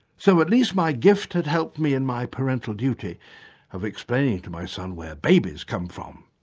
so at least my gift had helped me in my parental duty of explaining to my son where babies come from,